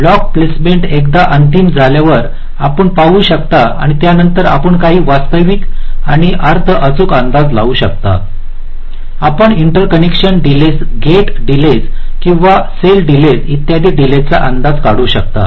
block placement एकदा अंतिम झाल्यावर आपण पाहू शकता आणि त्यानंतरच आपण काही वास्तविक आणि अर्थ अचूक अंदाज लावू शकतो आपण इंटरकनेक्शन डीलेस गेट डीलेस किंवा सेल डीलेस इत्यादी डीलेस चा अंदाज काढू शकतो